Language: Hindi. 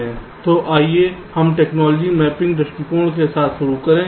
तो आइए हम टेक्नोलॉजी मैपिंग दृष्टिकोण के साथ शुरू करें